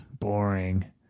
boring